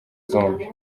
zombi